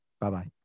bye-bye